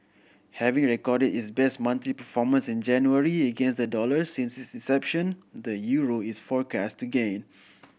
having recorded its best monthly performance in January against the dollar since its inception the euro is forecast to gain